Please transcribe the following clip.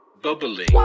Bubbly